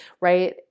right